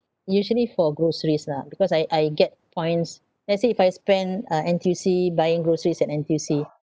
usually for groceries lah because I I get points let's say if I spend uh N_T_U_C buying groceries at N_T_U_C